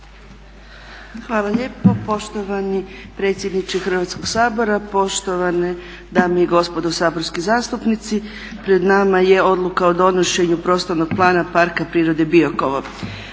Hvala lijepo poštovani predsjedniče Hrvatskog sabora, poštovane dame i gospodo saborski zastupnici. Pred nama je Odluka o donošenju Prostornog plana Parka prirode Biokovo.